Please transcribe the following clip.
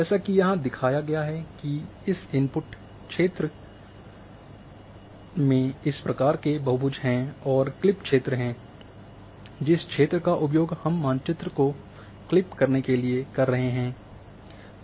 जैसा कि यहाँ दिखाया गया है कि इनपुट क्षेत्र है जिसमें इस प्रकार के बहुभुज हैं और क्लिप क्षेत्र है जिस क्षेत्र का उपयोग हम मानचित्र को क्लिप करने के लिए कर रहे हैं